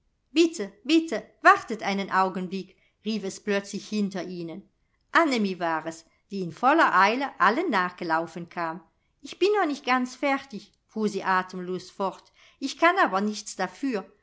bitte wartet einen augenblick rief es plötzlich hinter ihnen annemie war es die in voller eile allen nachgelaufen kam ich bin noch nicht ganz fertig fuhr sie atemlos fort ich kann aber nichts dafür